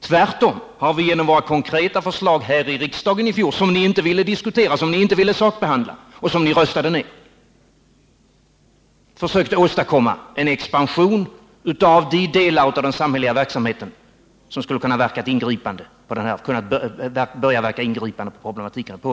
Tvärtom har vi genom våra konkreta förslag här i riksdagen i fjol, som ni inte ville diskutera eller sakbehandla och som ni röstade nej till, försökt åstadkomma en expansion av de delar av den samhälleliga verksamheten som skulle ha kunnat börja påverka denna problematik.